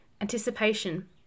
anticipation